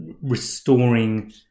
restoring